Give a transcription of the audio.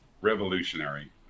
revolutionary